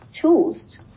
tools